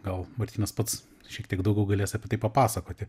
gal martynas pats šiek tiek daugiau galės apie tai papasakoti